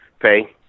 pay